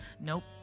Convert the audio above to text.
Nope